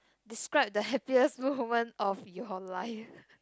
describe the happiest moment of your life